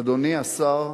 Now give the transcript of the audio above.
אדוני השר,